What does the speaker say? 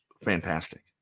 fantastic